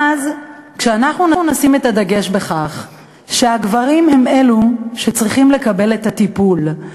ואז אנחנו נשים את הדגש על כך שהגברים הם שצריכים לקבל את הטיפול,